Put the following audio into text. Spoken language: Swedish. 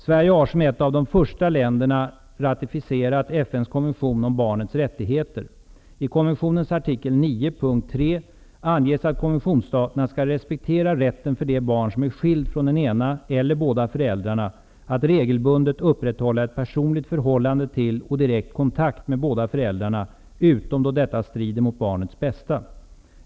Sverige har som ett av de första länderna ratificerat konventionens artikel 9 punkt 3 anges att konventionsstaterna skall respektera rätten för det barn som är skilt från den ena eller båda föräldrarna att regelbundet upprätthålla ett personligt förhållande till och direkt kontakt med båda föräldrarna, utom då detta strider mot barnets bästa.